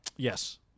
Yes